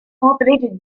operated